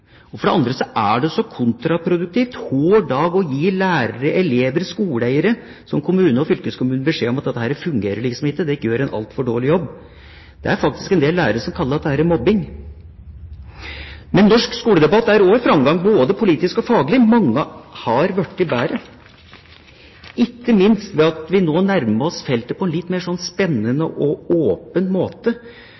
For det andre er det så kontraproduktivt hver dag å gi lærere, elever og skoleeiere – som kommune og fylkeskommune – beskjed om at dette fungerer ikke, dere gjør en altfor dårlig jobb. Det er faktisk en del lærere som kaller dette for mobbing. Men norsk skoledebatt er også i framgang, både politisk og faglig. Mange har blitt bedre, ikke minst ved at vi nå nærmer oss feltet på en litt mer spennende